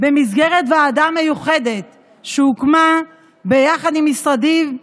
במסגרת ועדה מיוחדת שהוקמה ביחד עם משרדי לשעבר,